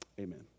Amen